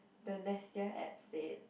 the app said